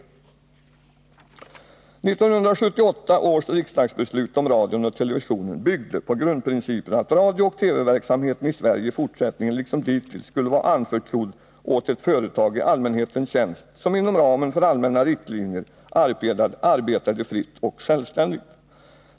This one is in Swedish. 1978 års riksdagsbeslut om radion och televisionen byggde på grundprincipen att radiooch TV-verksamheten i Sverige i fortsättningen liksom dittills skulle vara anförtrodd åt ett företag i allmänhetens tjänst, vilket inom ramen för allmänna riktlinjer arbetade fritt och självständigt.